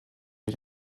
für